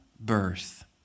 birth